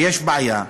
ויש בעיה,